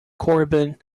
corbin